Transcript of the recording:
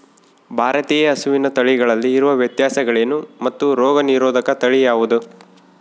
ಭಾರತೇಯ ಹಸುವಿನ ತಳಿಗಳಲ್ಲಿ ಇರುವ ವ್ಯತ್ಯಾಸಗಳೇನು ಮತ್ತು ರೋಗನಿರೋಧಕ ತಳಿ ಯಾವುದು?